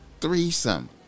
threesome